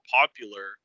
popular